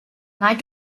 night